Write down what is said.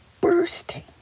bursting